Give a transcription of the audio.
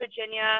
Virginia